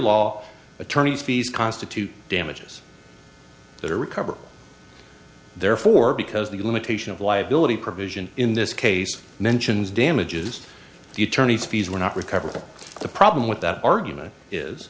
law attorneys fees constitute damages there recover therefore because the limitation of liability provision in this case mentions damages the attorney's fees are not recoverable the problem with that argument is